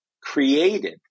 created